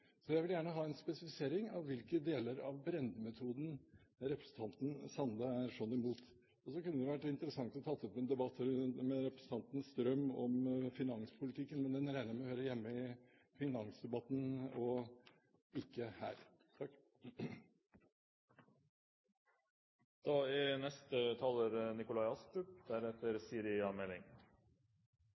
Så jeg vil gjerne ha en spesifisering av hvilke deler av Brende-metoden representanten Sande er sånn imot. Så kunne det vært interessant å ta en debatt med representanten Strøm om finanspolitikken, men det regner jeg med hører hjemme i finansdebatten og ikke her.